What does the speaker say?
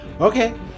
Okay